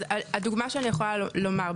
אז הדוגמה שאני יכולה לומר,